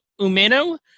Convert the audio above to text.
Umeno